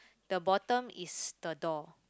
the bottom is the door